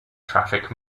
traffic